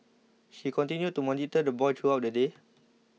she continued to monitor the boy throughout the day